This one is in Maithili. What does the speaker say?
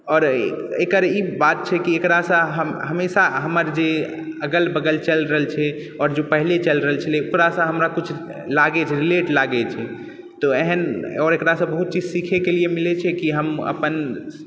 आओर एकर ई बात छै की एकरासँ हम हमेशा हमर जे अगल बगल चलि रहल छै आओर जे पहिले चलि रहल छलै ओकरासँ हमरा कुछ लागै छै रिलेट लागै छै तऽ एहन आओर एकरासँ बहुत कुछ सीखैके लिए मिलै छै की हम अपन